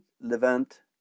Levant